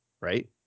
right